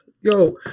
yo